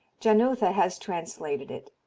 janotha has translated it.